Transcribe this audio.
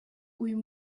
uyu